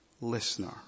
listener